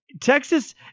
Texas